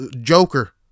Joker